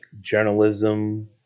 journalism